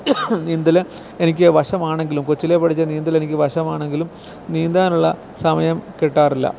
നീന്തൽ എനിക്ക് വശമാണെങ്കിലും കൊച്ചിലെ പഠിച്ച നീന്തൽ എനിക്ക് വശമാണെങ്കിലും നീന്താനുള്ള സമയം കിട്ടാറില്ല